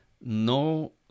no